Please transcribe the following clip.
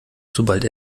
sobald